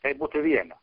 tai būtų viena